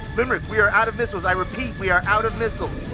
limerick, we are out of missiles, i repeat, we are out of missiles.